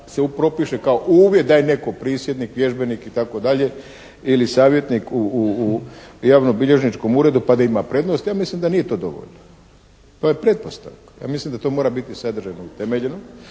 se propiše kao uvid da je netko prisjednik, vježbenik, itd., ili savjetnik u javnobilježničkom uredu pa da ima prednost, ja mislim da nije to dovoljno. To je pretpostavka. Ja mislim da to mora biti sadržajno utemeljeno